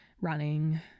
running